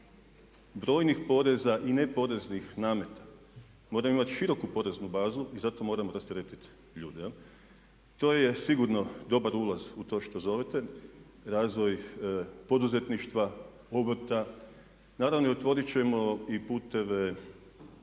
brojnih poreza i neporeznih nameta. Mora imati široku poreznu bazu i zato moramo rasteretiti ljude. To je sigurno dobar ulaz u to što zovete, razvoj poduzetništva, obrta. Naravno otvoriti ćemo i putove